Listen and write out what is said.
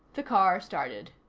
the car started.